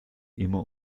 immer